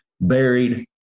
buried